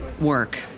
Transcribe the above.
work